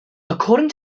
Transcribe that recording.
according